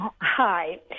Hi